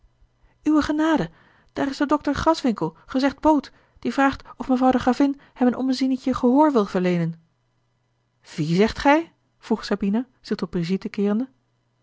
genade daar is dokter graswinckel gezegd boot die vraagt of mevrouw de gravin hem een ommezientje gehoor wil verleenen wien zegt zij vroeg sabine zich tot brigitte keerende